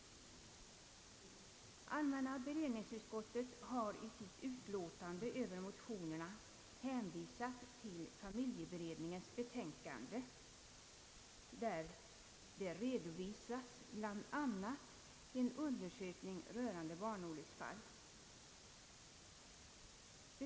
Allmänna beredningsutskottet har i sitt utlåtande över motionerna hänvisat till familjeberedningens betänkande, där bl.a. en undersökning om barnolycksfall redovisas.